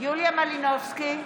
יוליה מלינובסקי,